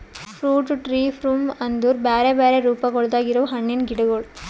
fruit tree form ಅಂದುರ್ ಬ್ಯಾರೆ ಬ್ಯಾರೆ ರೂಪಗೊಳ್ದಾಗ್ ಇರವು ಹಣ್ಣಿನ ಗಿಡಗೊಳ್